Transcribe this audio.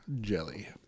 jelly